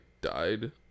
died